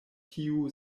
tiu